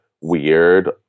weird